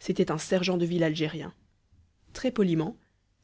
c'était un sergent de ville algérien très poliment